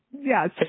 Yes